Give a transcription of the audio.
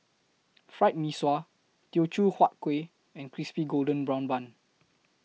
Fried Mee Sua Teochew Huat Kueh and Crispy Golden Brown Bun